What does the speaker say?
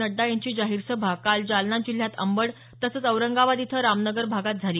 नड्डा यांची जाहीर सभा काल जालना जिल्ह्यात अंबड तसंच औरंगाबाद इथं रामनगर भागात सभा इथं झाली